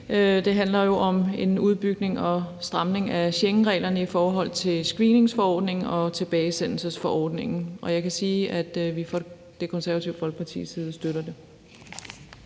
Det handler om en udbygning og en stramning af Schengenreglerne i forhold til screeningsordningen og tilbagesendelsesforordningen. Og jeg kan sige, at vi fra Det Konservative Folkepartis side støtter det.